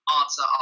answer